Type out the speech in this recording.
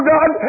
God